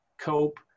cope